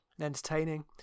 entertaining